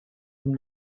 from